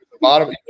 bottom